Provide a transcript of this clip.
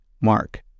Mark